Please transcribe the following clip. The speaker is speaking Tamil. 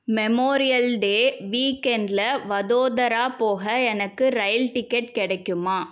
மெமோரியல் டே வீக்கெண்ட்ல வதோதரா போக எனக்கு ரயில் டிக்கெட் கிடைக்குமா